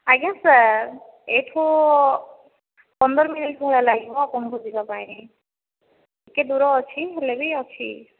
ଆଜ୍ଞା ସାର୍ ଏହିଠୁ ପନ୍ଦର ମିନିଟ ଭଳିଆ ଲାଗିବ ଆପଣଙ୍କୁ ଯିବା ପାଇଁ ଟିକେ ଦୂର ଅଛି ହେଲେ ବି ଅଛି